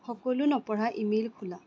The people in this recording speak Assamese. সকলো নপঢ়া ই মেইল খোলা